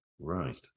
Right